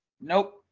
Nope